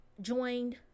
joined